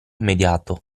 immediato